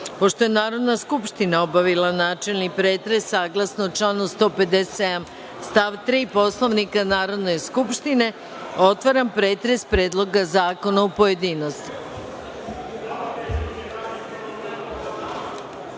je Narodna skupština obavila načelni pretres, saglasno članu 157. stav 3. Poslovnika Narodne skupštine, otvaram pretres Predloga zakona u pojedinostima. Na